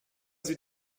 sie